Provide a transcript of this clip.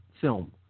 film